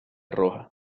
roja